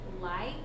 light